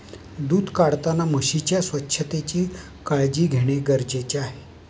दूध काढताना म्हशीच्या स्वच्छतेची काळजी घेणे गरजेचे आहे